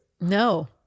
No